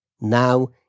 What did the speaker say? Now